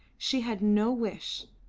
she had no wish,